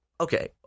Okay